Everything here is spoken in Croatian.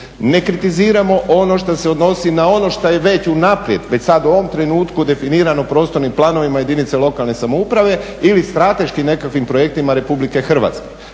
ne kritiziramo ono što se odnosi na ono što je već unaprijed, već sada u ovom trenutku definirano prostornim planovima jedinica lokalne samouprave ili strateškim nekakvim projektima Republike Hrvatske.